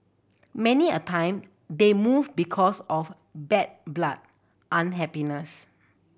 many a time they move because of bad blood unhappiness